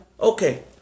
Okay